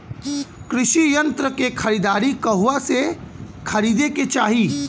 कृषि यंत्र क खरीदारी कहवा से खरीदे के चाही?